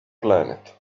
planet